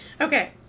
Okay